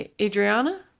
Adriana